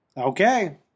Okay